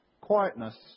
quietness